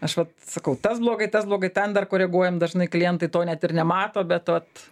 aš vat sakau tas blogai tas blogai ten dar koreguojam dažnai klientai to net ir nemato bet vat